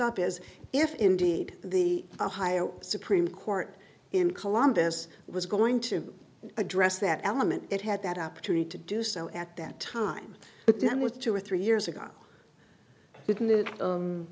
up is if indeed the ohio supreme court in columbus was going to address that element it had that opportunity to do so at that time but then with two or three years ago